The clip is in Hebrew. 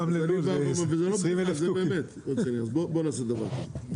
אז בוא נעשה דבר כזה,